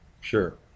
Sure